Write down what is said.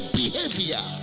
behavior